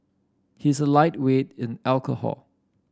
he is a lightweight in alcohol